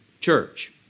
church